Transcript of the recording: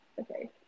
Okay